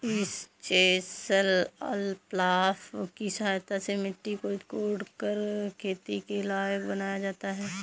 इस chisel plough की सहायता से मिट्टी को कोड़कर खेती के लायक बनाया जाता है